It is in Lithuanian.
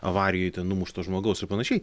avarijoj numušto žmogaus ir panašiai